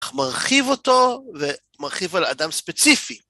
מרחיב אותו ומרחיב על אדם ספציפי.